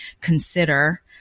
consider